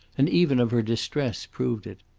and even of her distress proved it.